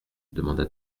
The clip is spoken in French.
demanda